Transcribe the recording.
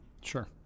Sure